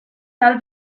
tal